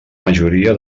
majoria